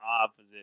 opposite